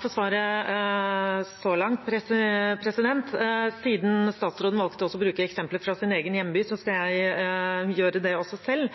for svaret så langt. Siden statsråden valgte å bruke eksempler fra sin egen hjemby, skal jeg gjøre det selv også, for